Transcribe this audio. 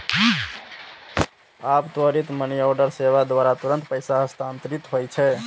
आब त्वरित मनीऑर्डर सेवा द्वारा तुरंत पैसा हस्तांतरित होइ छै